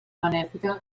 benèfica